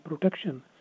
protection